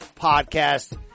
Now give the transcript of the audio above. podcast